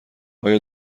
آیا